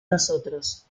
nosotros